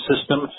system